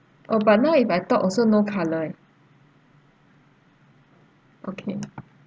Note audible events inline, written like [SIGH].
oh but now if I talk also no colour eh okay [NOISE]